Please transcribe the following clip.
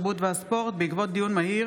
התרבות והספורט בעקבות דיון מהיר